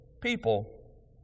people